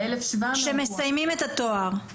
ה-1,700 --- שמסיימים את התואר?